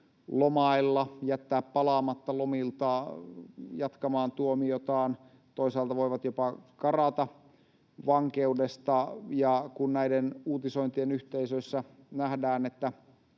lomailla, jättää palaamatta lomilta jatkamaan tuomiotaan, toisaalta voivat jopa karata vankeudesta. Kun näiden uutisointien yhteydessä nähdään, että